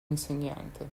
insegnante